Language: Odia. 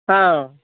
ହଁ